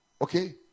Okay